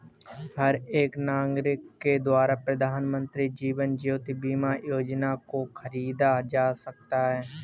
हर एक नागरिक के द्वारा प्रधानमन्त्री जीवन ज्योति बीमा योजना को खरीदा जा सकता है